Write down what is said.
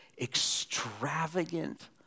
extravagant